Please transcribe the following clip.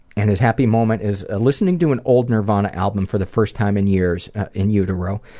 and his happy moment is, listening to an old nirvana album for the first time in years in utero,